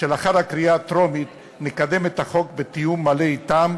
שלאחר הקריאה הטרומית נקדם את החוק בתיאום מלא אתם,